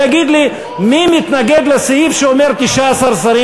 ויגיד לי מי מתנגד לסעיף שאומר 19 שרים,